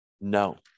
No